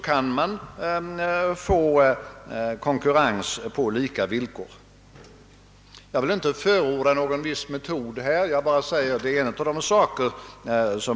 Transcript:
Jag kan inte finna att man närmare diskuterat detta i propositioner eller debatter.